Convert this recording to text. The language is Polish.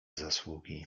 zasługi